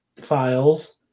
files